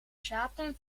zaten